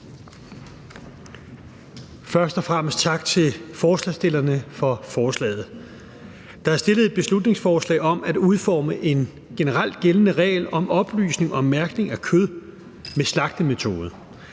Først og fremmest tak til forslagsstillerne for forslaget. Der er fremsat et beslutningsforslag om at udforme en generelt gældende regel om oplysninger og mærkning af kød med slagtemetode.